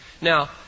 Now